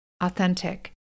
authentic